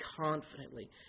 confidently